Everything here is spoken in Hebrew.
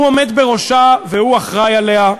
שהוא עומד בראשה והוא אחראי לה,